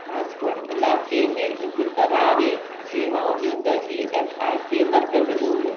राजकोट इलाइके में इज़तिरारी शेवाऊं ॾींदड़ ई एस आई सी मर्कज़ ॻोल्हियो